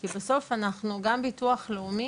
כי בסוף אנחנו גם ביטוח לאומי,